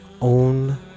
own